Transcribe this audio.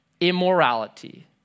immorality